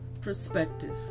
perspective